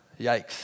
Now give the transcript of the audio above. yikes